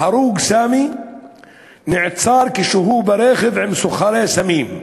ההרוג סאמי נעצר כשהוא ברכב עם סוחרי סמים.